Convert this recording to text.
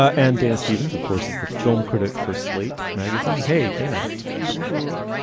and dana stevens of course is the film critic for slate magazine. hey dana bush you.